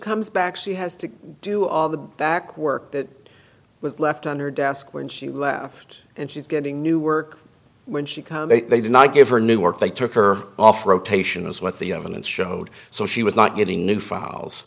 comes back she has to do all the back work that was left under desk when she left and she's getting new work when she come they did not give her new work they took her off rotation as what the evidence showed so she was not getting new files